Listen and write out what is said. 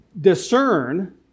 discern